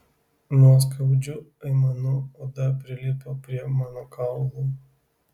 nuo skaudžių aimanų oda prilipo prie mano kaulų